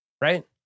right